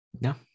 No